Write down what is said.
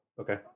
Okay